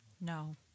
no